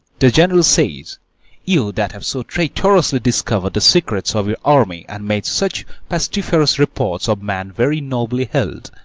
the general says you that have so traitorously discover'd the secrets of your army, and made such pestiferous reports of men very nobly held,